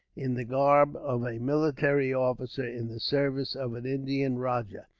in the garb of a military officer in the service of an indian rajah.